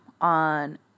on